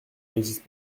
n’existe